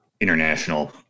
international